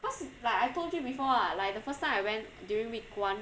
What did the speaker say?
because like I told you before ah like the first time I went during week one